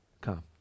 come